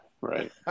right